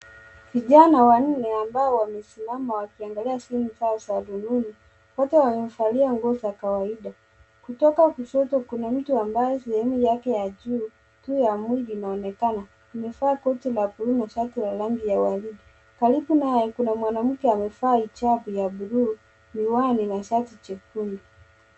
Vijana wanne ambao wamesimama wakiangalia simu zao za rununu . Wote wamevalia nguo za kawaida .Kutoka kushoto kuna mtu ambaye sehemu yake ya juu tu ya mwili inaonekana . Amevaa koti la buluu na shati la rangi ya waridi. Karibu naye , kuna mwanamke amevaa hijabu ya bluu , miwani na shati jekundu.